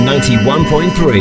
91.3